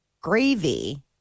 gravy